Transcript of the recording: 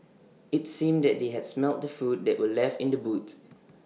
IT seemed that they had smelt the food that were left in the boot